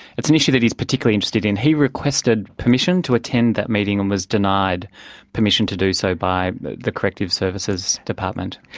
it's an issue that he's particularly interested in. he requested permission to attend that meeting and was denied permission to do so by the the corrective services department.